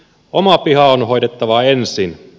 oma piha on hoidettava ensin